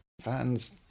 fans